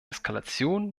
eskalation